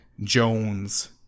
Jones